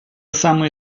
самые